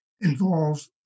involve